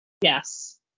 Yes